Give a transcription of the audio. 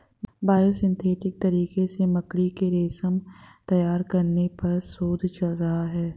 biosynthetic तरीके से मकड़ी के रेशम तैयार करने पर शोध चल रहा है